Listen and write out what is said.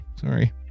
Sorry